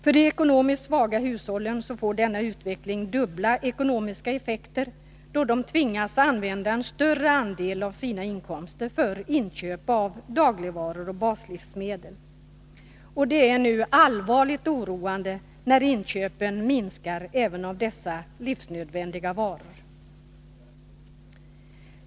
För de ekonomiskt svaga hushållen får denna utveckling dubbla ekonomiska effekter, då de tvingas använda en större andel av sina inkomster för inköp av dagligvaror och baslivsmedel. Och det är allvarligt oroande att inköpen nu minskar även av dessa livsnödvändiga varor.